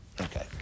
Okay